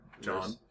John